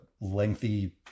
lengthy